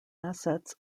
assets